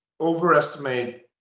overestimate